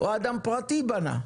או אדם פרטי בנה.